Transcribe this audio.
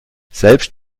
selbst